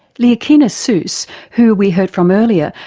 leahkhana suos, who we heard from earlier,